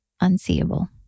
unseeable